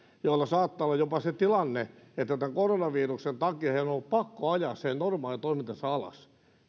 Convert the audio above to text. joilla saattaa olla jopa se tilanne että tämän koronaviruksen takia heidän on ollut pakko ajaa se heidän normaali toimintansa alas